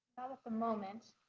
at the moment.